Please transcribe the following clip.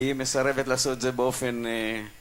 היא מסרבת לעשות את זה באופן...